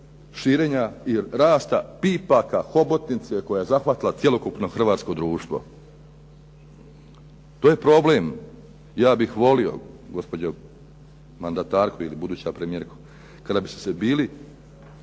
širenja i rasta pipaka hobotnice koja je zahvatila cjelokupno hrvatsko društvo. To je problem, ja bih volio gospođo mandatarko ili buduća premijerko, kada biste se bili